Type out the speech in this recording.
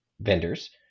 vendors